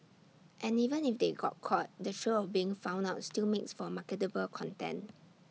and even if they got caught the thrill of being found out still makes for marketable content